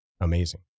amazing